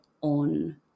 on